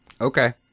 Okay